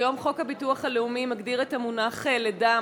כיום חוק הביטוח הלאומי מגדיר את המונח "לידה",